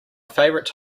favorite